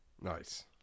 Nice